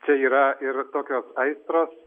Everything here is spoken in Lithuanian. čia yra ir tokios aistros